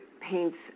paints